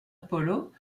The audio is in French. polo